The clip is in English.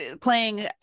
playing